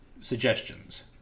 suggestions